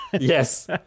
yes